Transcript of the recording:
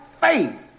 faith